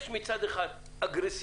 יש מצד אחד אגרסיביות